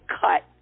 cut